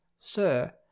sir